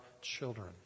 children